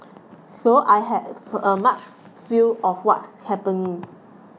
so I have a much feel of what's happening